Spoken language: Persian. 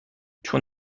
چون